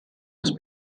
ist